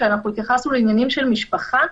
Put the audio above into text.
שאנחנו התייחסנו לעניינים של משפחה,